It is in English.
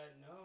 no